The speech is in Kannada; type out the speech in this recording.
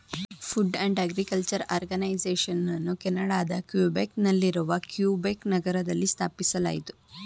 ಫುಡ್ ಅಂಡ್ ಅಗ್ರಿಕಲ್ಚರ್ ಆರ್ಗನೈಸೇಷನನ್ನು ಕೆನಡಾದ ಕ್ವಿಬೆಕ್ ನಲ್ಲಿರುವ ಕ್ಯುಬೆಕ್ ನಗರದಲ್ಲಿ ಸ್ಥಾಪಿಸಲಾಯಿತು